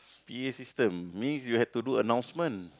P_A system means you have to do announcement